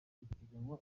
ipiganwa